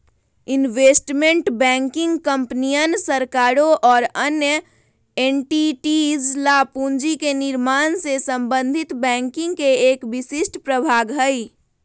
investment banking कंपनियन, सरकारों और अन्य एंटिटीज ला पूंजी के निर्माण से संबंधित बैंकिंग के एक विशिष्ट प्रभाग हई